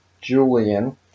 Julian